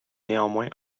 néanmoins